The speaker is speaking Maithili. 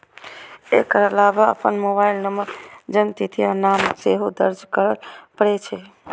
एकर अलावे अपन मोबाइल नंबर, जन्मतिथि आ नाम सेहो दर्ज करय पड़ै छै